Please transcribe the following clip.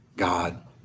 God